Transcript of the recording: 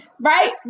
right